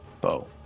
Bow